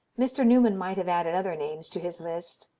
mr. newman might have added other names to his list,